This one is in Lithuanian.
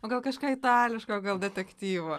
o gal kažką itališko gal detektyvo